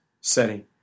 setting